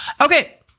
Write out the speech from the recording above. Okay